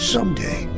Someday